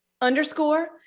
underscore